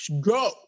go